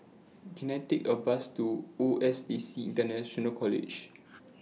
Can I Take A Bus to O S A C International College